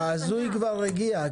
ההזוי כבר הגיע,